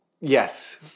Yes